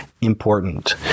important